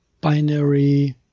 binary